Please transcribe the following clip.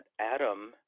Adam